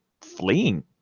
fleeing